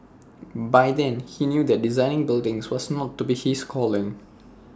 by then he knew that designing buildings was not to be his calling